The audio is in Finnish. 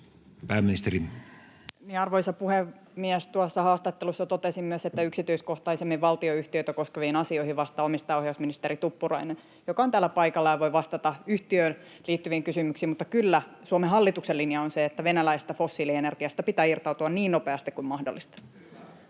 Content: Arvoisa puhemies! Tuossa haastattelussa totesin myös, että yksityiskohtaisemmin valtionyhtiöitä koskevista asioista vastaa omistajaohjausministeri Tuppurainen, joka on täällä paikalla ja voi vastata yhtiöön liittyviin kysymyksiin. Mutta kyllä Suomen hallituksen linja on se, että venäläisestä fossiilienergiasta pitää irtautua niin nopeasti kuin mahdollista.